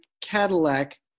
Cadillac